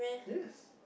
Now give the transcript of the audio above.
yes